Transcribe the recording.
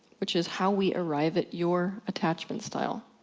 which is how we arrive at your attachment style.